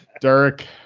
Derek